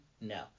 No